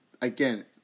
again